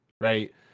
right